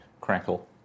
crackle